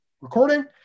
recording